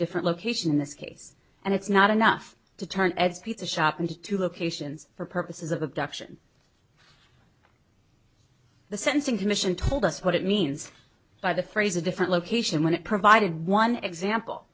different location in this case and it's not enough to turn ed's pizza shop in to two locations for purposes of abduction the sentencing commission told us what it means by the phrase a different location when it provided one example